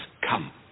come